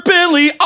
Billy